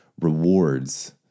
rewards